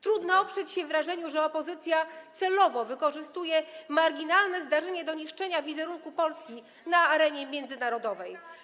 Trudno oprzeć się wrażeniu, że opozycja celowo wykorzystuje marginalne zdarzenie do niszczenia wizerunku Polski na arenie międzynarodowej.